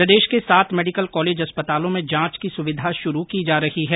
प्रदेश के सात medical college अस्पतालों में जांच की सुविधा शुरू की जा रही है